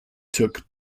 took